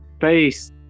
face